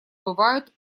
бывают